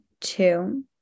two